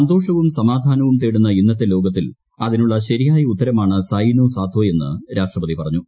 സന്തോഷവും സമാധാനവും തേടുന്ന ഇന്നത്തെ ലോകത്തിൽ അതിനുള്ള ശരിയായ ഉത്തരമാണ് സായിനോ സാത്തോയെന്ന് രാഷ്ട്രപതി പറഞ്ഞു